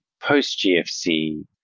post-GFC